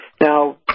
Now